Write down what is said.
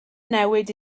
newid